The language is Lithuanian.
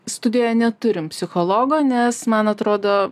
studijoje neturime psichologo nes man atrodo